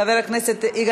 חבר הכנסת חיים ילין בעד,